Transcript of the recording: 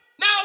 Now